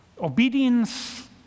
obedience